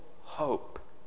hope